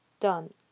done